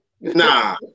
Nah